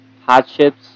hardships